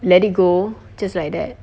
let it go just like that